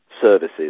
services